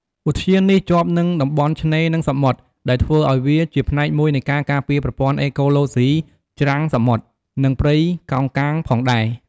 ឧទ្យាននេះជាប់នឹងតំបន់ឆ្នេរនិងសមុទ្រ ដែលធ្វើឱ្យវាជាផ្នែកមួយនៃការការពារប្រព័ន្ធអេកូឡូស៊ីច្រាំងសមុទ្រ និងព្រៃកោងកាងផងដែរ។